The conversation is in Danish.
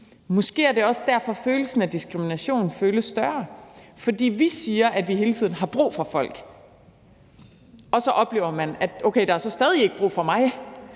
Måske er det så også derfor, at diskriminationen føles større, for vi siger, at vi hele tiden har brug for folk, men så oplever man, at der så stadig væk ikke er brug for en.